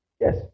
Yes